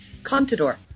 Contador